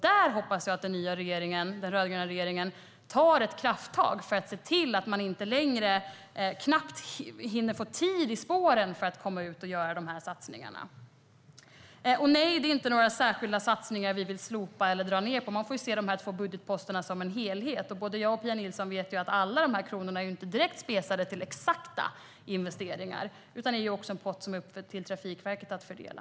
Där hoppas jag att den nya regeringen, den rödgröna regeringen, tar ett krafttag för att se till att man inte längre knappt hinner få tid i spåren för att komma ut och göra de här satsningarna. Och nej, det är inte några särskilda satsningar vi vill slopa eller dra ned på. Man får se de här två budgetposterna som en helhet. Både jag och Pia Nilsson vet ju att alla de här kronorna inte är direkt specificerade till exakta investeringar utan ingår i en pott som det är upp till Trafikverket att fördela.